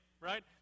right